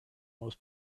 most